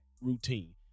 routine